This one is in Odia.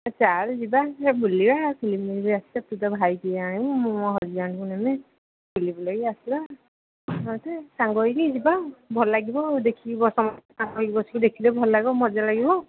ଚାଲ୍ ଯିବା ହେ ବୁଲିବା ଫିଲ୍ମ ଦେଖିବା ଆସିବା ତୁ ତୋ ଭାଇକୁ ଆଣିବୁ ମୁଁ ମୋ ହଜବ୍ୟାଣ୍ଡଙ୍କୁ ନେବି ବୁଲିବୁଲା କି ଆସିବା ଆସେ ସାଙ୍ଗ ହୋଇକି ଯିବା ଭଲ ଲାଗିବ ଦେଖିବ ସମସ୍ତେ ସାଙ୍ଗ ହୋଇ ବସିକି ଦେଖିଲେ ଭଲ ଲାଗିବ ମଜା ଲାଗିବ